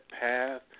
path